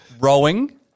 Rowing